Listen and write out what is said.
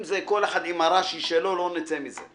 אם זה כל אחד עם הרש"י שלו, לא נצא מזה.